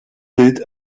bild